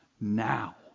now